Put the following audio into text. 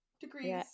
degrees